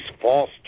false